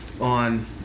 on